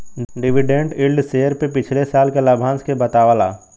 dividend yield share पे पिछले साल के लाभांश के बतावला